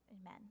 Amen